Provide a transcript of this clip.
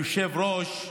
היושב-ראש,